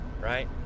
right